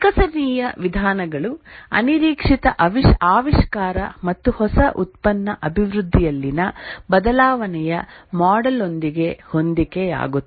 ವಿಕಸನೀಯ ವಿಧಾನಗಳು ಅನಿರೀಕ್ಷಿತ ಆವಿಷ್ಕಾರ ಮತ್ತು ಹೊಸ ಉತ್ಪನ್ನ ಅಭಿವೃದ್ಧಿಯಲ್ಲಿನ ಬದಲಾವಣೆಯ ಮಾಡೆಲ್ ಯೊಂದಿಗೆ ಹೊಂದಿಕೆಯಾಗುತ್ತವೆ